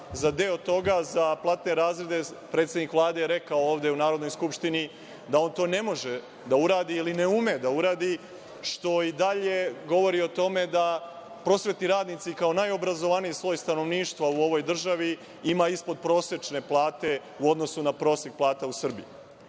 za deo toga, za platne razrede predsednik Vlade je rekao ovde u Narodnoj skupštini da on to ne može da uradi ili ne ume da uradi, što i dalje govori o tome da prosvetni radnici kao najobrazovaniji sloj stanovništva u ovoj državi ima ispod-prosečne plate u odnosu na prosek plata u Srbiji. Sada